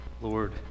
Lord